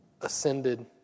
ascended